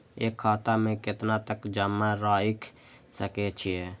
एक खाता में केतना तक जमा राईख सके छिए?